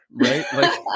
right